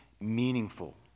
meaningful